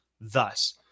thus